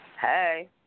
Hey